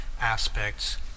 aspects